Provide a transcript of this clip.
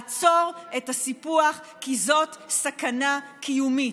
לעצור את הסיפוח, כי זאת סכנה קיומית.